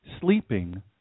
sleeping